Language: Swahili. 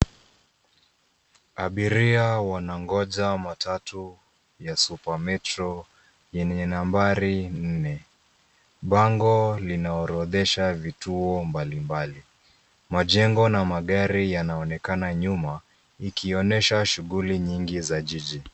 Abiria wanangoja matatu ya Supermetro yenye nambari 4 . Bango linaorodhesha vituo mbalimblai. Majengo na magari yanaonekana nyuma ikionyesha shughuli nyingi za jiji.